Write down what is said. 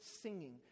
singing